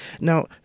Now